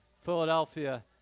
Philadelphia